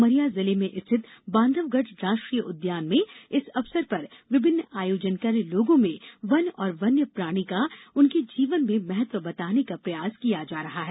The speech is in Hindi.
उमरिया जिले में स्थित बांधवगढ़ राष्ट्रीय उद्यान मे इस अवसर पर विभिन्न आयोजन कर लोगों मे वन और वन्य प्राणी का उनके जीवन मे महत्व बताने का प्रयास किया जा रहा है